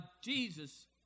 Jesus